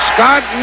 Scott